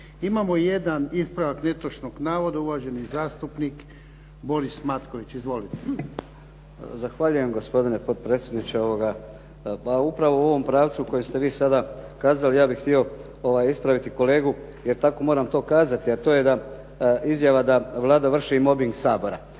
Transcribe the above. Imamo jedan ispravak netočnog navoda. Uvaženi zastupnik Boris Matković. Izvolite. **Matković, Borislav (HDZ)** Zahvaljujem, gospodine potpredsjedniče. Pa upravo u ovom pravcu koji ste vi sada kazali, ja bih htio ispraviti kolegu jer tako moram to kazati, a to je da izjava da Vlada vrši mobing Sabora.